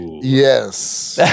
Yes